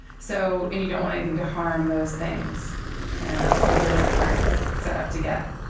so and you don't want anything to harm those things and that's a really hard setup to get.